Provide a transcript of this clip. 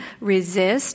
resist